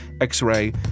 x-ray